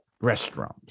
restaurant